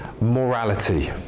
morality